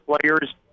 players